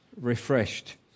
refreshed